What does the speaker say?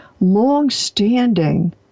long-standing